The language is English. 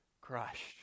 crushed